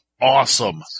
awesome